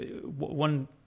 One